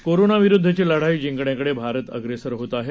corona विरुद्धची लढाई जिंकण्याकडे भारत अग्रेसर होत आहे